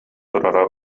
турара